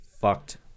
fucked